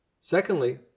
Secondly